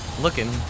looking